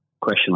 question